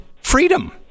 freedom